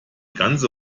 ganze